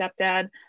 stepdad